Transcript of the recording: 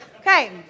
Okay